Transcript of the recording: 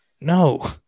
no